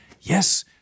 yes